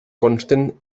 consten